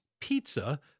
pizza